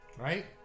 Right